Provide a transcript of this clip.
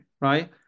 right